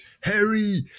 Harry